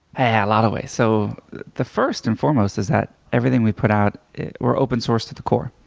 ah yeah a lot of ways. so the first and foremost is that everything we put out, we're open sourced to the core.